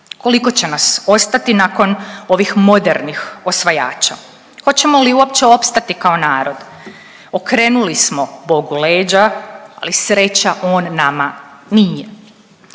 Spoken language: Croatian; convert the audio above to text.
Koliko će nas ostati nakon ovih modernih osvajača? Hoćemo li uopće opstati kao narod? Okrenuli smo bogu leđa, ali sreća on nama nije.